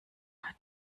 hat